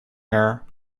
hare